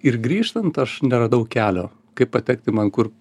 ir grįžtant aš neradau kelio kaip patekti man kur